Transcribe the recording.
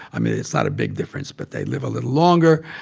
i mean, it's not a big difference, but they live a little longer,